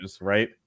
right